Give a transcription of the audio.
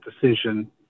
decision